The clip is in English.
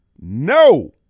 No